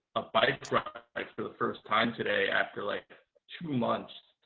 a bite for the first time today after like two months.